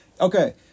Okay